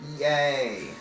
Yay